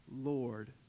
Lord